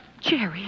Jerry